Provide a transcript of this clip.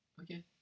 Okay